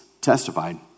testified